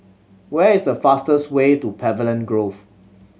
where is the fastest way to Pavilion Grove